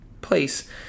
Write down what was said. place